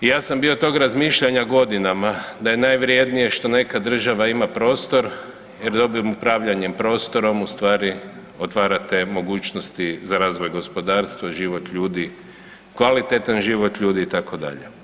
I ja sam bio tog razmišljanja godinama da je najvrijednije što neka država ima prostor jer dobrim upravljanjem prostorom u stvari otvarate mogućnosti za razvoj gospodarstva i život ljudi, kvalitetan život ljudi itd.